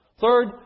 Third